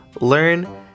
learn